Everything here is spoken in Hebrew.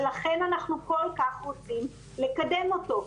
ולכן אנחנו כל כך רוצים לקדם אותו.